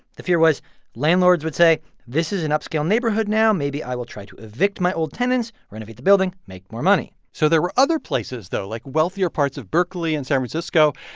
the fear was landlords would say this is an upscale neighborhood now. maybe i will try to evict my old tenants, renovate the building, make more money so there were other places, though, like wealthier parts of berkeley and san francisco.